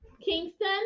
Kingston